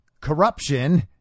corruption